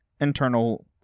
internal